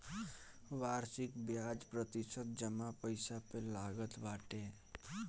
वार्षिक बियाज प्रतिशत जमा पईसा पे लागत बाटे